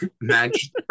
match